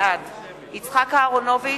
בעד יצחק אהרונוביץ,